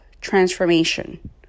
transformation